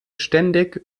ständig